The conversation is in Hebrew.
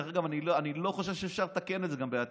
דרך אגב, אני לא חושב שאפשר לתקן את זה גם בעתיד.